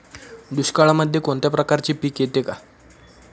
दुष्काळामध्ये कोणत्या प्रकारचे पीक येते का?